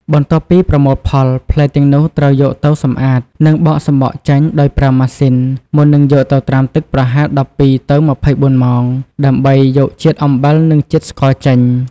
បន្ទាប់ពីប្រមូលផល ផ្លែទាំងនោះត្រូវយកទៅសម្អាត និងបកសំបកចេញដោយប្រើម៉ាស៊ីនមុននឹងយកទៅត្រាំទឹកប្រហែល ១២ ទៅ ២៤ ម៉ោង ដើម្បីយកជាតិរំអិល និងជាតិស្ករចេញ។